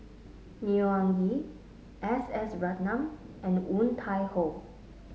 Neo Anngee S S Ratnam and Woon Tai Ho